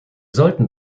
sollten